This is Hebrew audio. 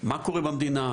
מה קורה במדינה,